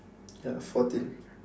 ya fourteen